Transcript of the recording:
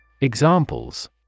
Examples